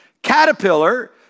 Caterpillar